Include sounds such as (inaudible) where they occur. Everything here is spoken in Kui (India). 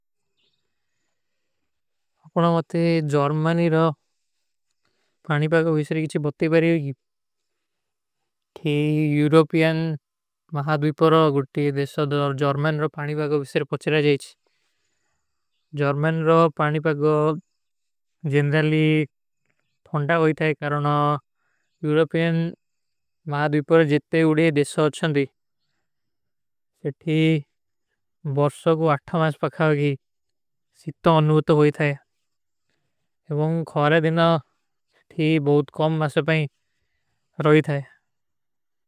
ଅପନା ମତେ ଜର୍ମନୀ ରୋ (hesitation) ପାଣୀ ପାଗୋ ଵିଶର କୀଛୀ ବତତେ ବାରେ ହୋଗୀ। ଥୀ ଯୂରୋପିଯନ ମହାଦ୍ଵିପର ଗୁଟୀ ଦେଶା ଦର ଜର୍ମନ ରୋ ପାଣୀ ପାଗୋ ଵିଶର ପଚ୍ଚରା ଜାଯୀଚ। ଯୂରୋପିଯନ ମହାଦ୍ଵିପର ଗୁଟୀ ଦେଶା ଦର ଜର୍ମନ ରୋ ପାଣୀ ପାଗୋ ଵିଶର କୀଛୀ ବତତେ ବାରେ ହୋଗୀ।